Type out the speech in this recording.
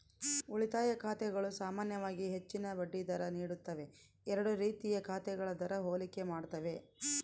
ಉಳಿತಾಯ ಖಾತೆಗಳು ಸಾಮಾನ್ಯವಾಗಿ ಹೆಚ್ಚಿನ ಬಡ್ಡಿ ದರ ನೀಡುತ್ತವೆ ಎರಡೂ ರೀತಿಯ ಖಾತೆಗಳ ದರ ಹೋಲಿಕೆ ಮಾಡ್ತವೆ